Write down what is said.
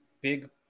big